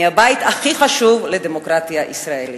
מהבית הכי חשוב לדמוקרטיה הישראלית.